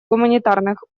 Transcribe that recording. гуманитарных